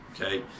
okay